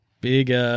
Big